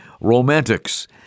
romantics